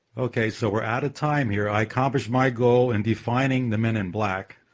okay, so we're out of time here. i accomplished my goal in defining the men in black.